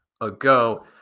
ago